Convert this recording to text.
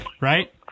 right